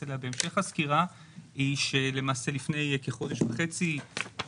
אליה גם בהמשך הסקירה: למעשה לפני כחודש וחצי,